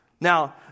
Now